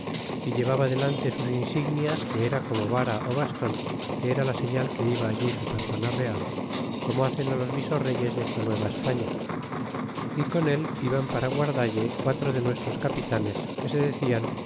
y llevaba delante sus insignias que era como vara ó baston que era la señal que iba allí su persona real como hacen á los visoreyes desta nueva españa y con él iban para guardalle quatro de nuestros capitanes que se decian